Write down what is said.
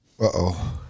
Uh-oh